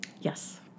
Yes